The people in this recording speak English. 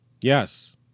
Yes